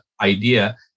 idea